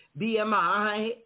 BMI